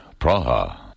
Praha